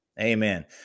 Amen